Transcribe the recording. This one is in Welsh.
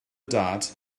dad